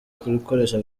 gukoresha